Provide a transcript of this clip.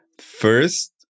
first